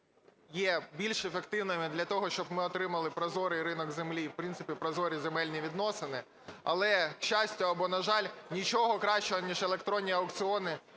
є більш ефективними для того, щоб ми отримали прозорий ринок землі, в принципі, прозорі земельні відносини, але, к щастю або на жаль, нічого кращого, ніж електронні аукціони,